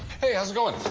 hey, how's it going?